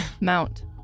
Mount